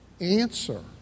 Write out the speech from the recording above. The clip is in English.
answer